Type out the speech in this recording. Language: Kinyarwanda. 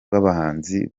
rw’abahanzi